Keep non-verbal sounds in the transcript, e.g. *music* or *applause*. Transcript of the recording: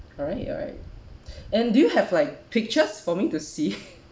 alright alright *breath* and do you have like pictures for me to see